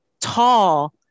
tall